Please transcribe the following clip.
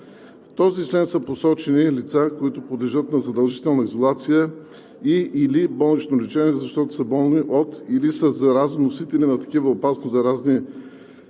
този член са посочени лица, които подлежат на задължителна изолация и/или болнично лечение, защото са болни от или са заразоносители на такива опасни заразни